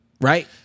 right